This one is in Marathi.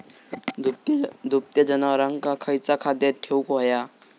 दुभत्या जनावरांका खयचा खाद्य देऊक व्हया?